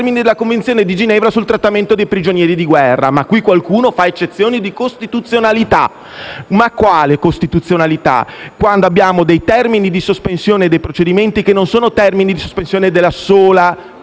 i termini della Convenzione di Ginevra sul trattamento dei prigionieri di guerra. Ma qui qualcuno fa eccezione di costituzionalità. Ma quale costituzionalità, quando abbiamo termini di sospensione dei procedimenti, che sono termini di sospensione non della sola prescrizione,